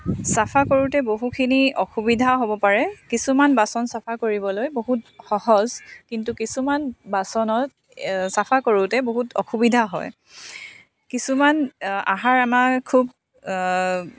চফা কৰোঁতে বহুখিনি অসুবিধা হ'ব পাৰে কিছুমান বাচন চফা কৰিবলৈ বহুত সহজ কিন্তু কিছুমান বাচনত চফা কৰোঁতে বহুত অসুবিধা হয় কিছুমান আহাৰ আমাৰ খুব